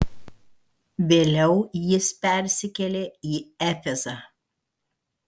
vėliau jis persikėlė į efezą